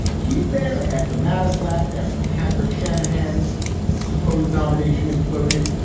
he's there after mattis left, after patrick shanahan's supposed nomination imploded.